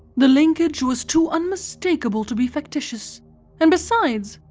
the linkage was too unmistakable to be factitious and besides,